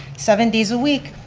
seven days a week,